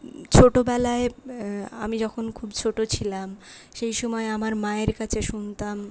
ছোটোবেলায় আমি যখন খুব ছোটো ছিলাম সেই সময় আমার মায়ের কাছে শুনতাম